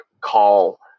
call